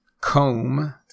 comb